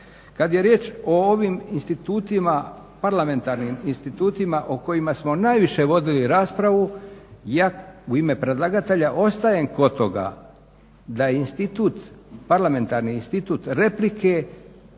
Kad je riječ o ovim institutima, parlamentarnim institutima o kojima smo najviše vodili raspravu ja u ime predlagatelja ostajem kod toga da je institut, parlamentarni institut replike